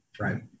right